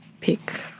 pick